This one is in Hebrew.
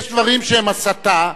יש דברים שהם הסתה,